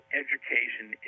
education